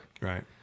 right